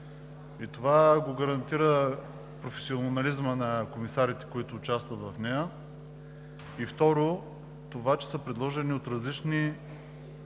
и това го гарантира професионализмът на комисарите, които участват в нея, и второ, това, че са предложени от различни